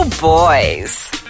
boys